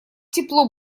тепло